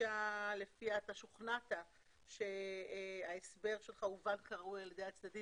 הדרישה לפיה אתה שוכנעת שההסבר שלך הובן כראוי על ידי הצדדים